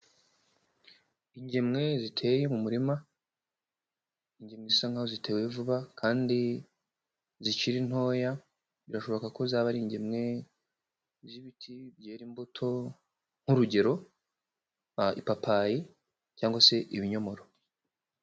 Ingemwe ziteye mu murima, ingemwe zisa nkaho zitewe vuba kandi zikiri ntoya birashoboka ko zaba ari ingemwe z'ibiti byera imbuto nk'urugero, ipapayi cyangwa se ibinyomoro.